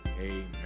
Amen